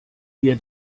wir